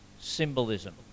symbolism